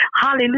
Hallelujah